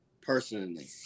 personally